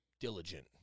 diligent